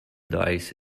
dice